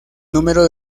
número